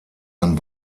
ein